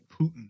Putin